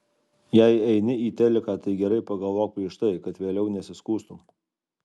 jei eini į teliką tai gerai pagalvok prieš tai kad vėliau nesiskųstum